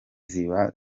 ziba